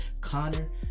Connor